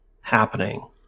happening